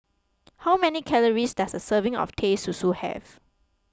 how many calories does a serving of Teh Susu have